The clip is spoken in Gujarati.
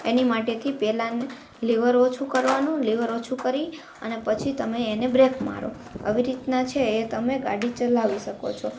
એની માટેથી પહેલાં ને લીવર ઓછું કરવાનું લીવર ઓછું કરી અને પછી તમે એને બ્રેક મારો આવી રીતના છે એ તમે ગાડી ચલાવી શકો છો